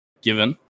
given